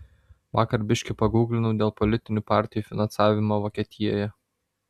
vakar biški pagūglinau dėl politinių partijų finansavimo vokietijoje